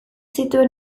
zituen